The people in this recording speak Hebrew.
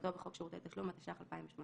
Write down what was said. כהגדרתו בחוק שירותי תשלום, התשע"ח-2018"".